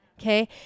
okay